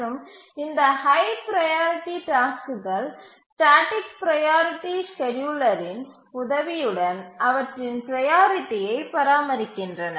மற்றும் இந்த high priority டாஸ்க்குகள் ஸ்டேட்டிக் ப்ரையாரிட்டி ஸ்கேட்யூலரின் உதவியுடன் அவற்றின் ப்ரையாரிட்டியை பராமரிக்கின்றன